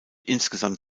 insgesamt